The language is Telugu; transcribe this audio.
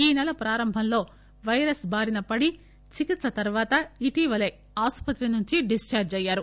ఈ సెల ప్రారంభంలో వైరస్ బారినపడి చికిత్ప తర్వాత ఇటీవలే ఆసుపత్రి నుండి డిశ్చార్లి అయ్యారు